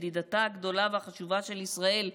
ידידתה הגדולה והחשובה של ישראל,